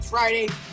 Friday